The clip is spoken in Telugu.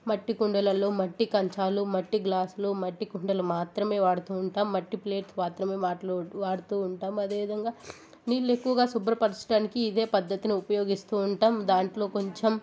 మట్టి కుండలలో మట్టి కంచాలు మట్టి గ్లాసులు మట్టి కుండలు మాత్రమే వాడుతూ ఉంటాం మట్టి ప్లేట్ మాత్రమే వాట్లో వాడుతూ ఉంటాం అదేవిధంగా నీళ్లు ఎక్కువగా శుభ్రపరచడానికి ఇదే పద్దతిని ఉపయోగిస్తూ ఉంటాం దాంట్లో కొంచెం